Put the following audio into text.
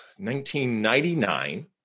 1999